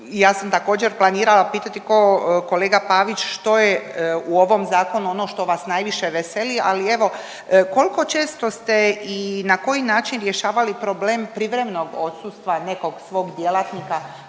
Ja sam također planirala pitati ko kolega Pavić što je u ovom zakonu ono što vas najviše veseli, ali evo koliko često ste i na koji način rješavali problem privremenog odsustva nekog svog djelatnika,